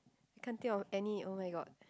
can't think of any oh-my-god